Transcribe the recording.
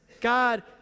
God